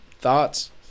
thoughts